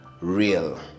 real